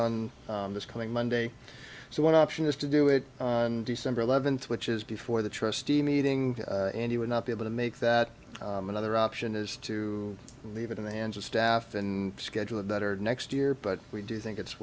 on this coming monday so one option is to do it on december eleventh which is before the trustee meeting and he would not be able to make that another option is to leave it in the hands of staff and schedule a better next year but we do think it's